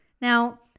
Now